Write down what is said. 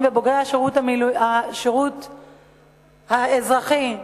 ובוגרי השירות הלאומי והאזרחי מהפריפריה,